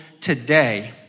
today